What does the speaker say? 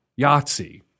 Yahtzee